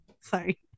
Sorry